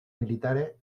militares